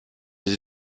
des